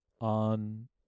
on